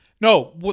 No